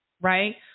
right